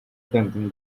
tempting